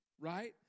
right